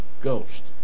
Ghost